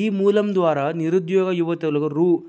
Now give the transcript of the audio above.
ఈ మూలం ద్వారా నిరుద్యోగ యువతలు